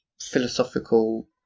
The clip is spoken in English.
philosophical